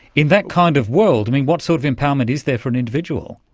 in that kind of world, what sort of empowerment is there for an individual?